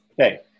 Okay